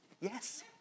Yes